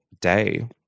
day